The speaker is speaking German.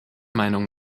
meinung